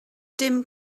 dim